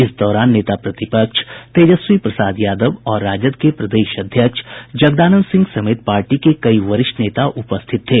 इस दौरान नेता प्रतिपक्ष तेजस्वी प्रसाद यादव और राजद के प्रदेश अध्यक्ष जगदानंद सिंह समेत पार्टी के कई वरिष्ठ नेता उपस्थित थे